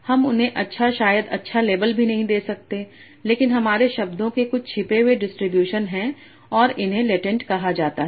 हम उन्हें अच्छा शायद अच्छा लेबल भी नहीं दे सकते लेकिन हमारे शब्दों के कुछ छिपे हुए डिस्ट्रीब्यूशन हैं और इन्हें लेटेंट कहा जाता है